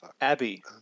abby